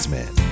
man